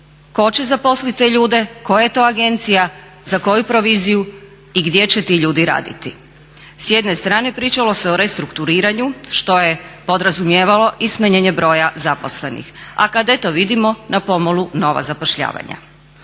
tko će zaposliti te ljude, koja je to agencija, za koju proviziju i gdje će ti ljudi raditi? S jedne strane pričalo se o restrukturiranju, što je podrazumijevalo i smanjenje broja zaposlenih. A kad eto vidimo na pomolu nova zapošljavanja.